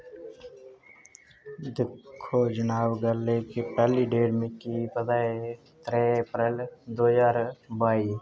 दिक्खो जनाब गल्ल ऐ के पैह्ली डेट मिकी पता ऐ त्रै अप्रैल दो ज्हार बाई